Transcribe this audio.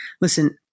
listen